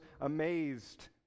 amazed